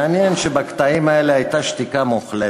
מעניין שבקטעים האלה הייתה שתיקה מוחלטת.